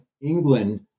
England